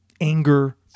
anger